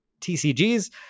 tcgs